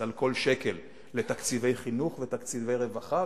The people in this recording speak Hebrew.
על כל שקל לתקציבי חינוך ותקציבי רווחה,